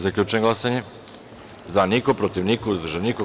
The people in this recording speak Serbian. Zaključujem glasanje: za – niko, protiv – niko, uzdržan – niko.